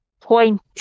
Point